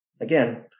again